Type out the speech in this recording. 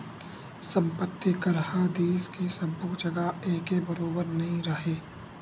संपत्ति कर ह देस के सब्बो जघा एके बरोबर नइ राहय